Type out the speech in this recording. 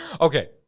Okay